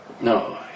no